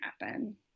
happen